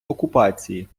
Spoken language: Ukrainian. окупації